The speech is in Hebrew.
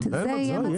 אפשרות, אין צילומים.